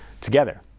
together